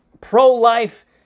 pro-life